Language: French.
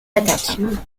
attaques